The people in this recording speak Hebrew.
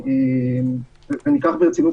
ניקח ברצינות,